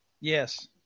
Yes